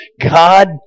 God